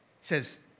says